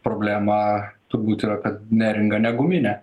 problema turbūt yra kad neringa ne guminė